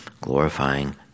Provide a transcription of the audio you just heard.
glorifying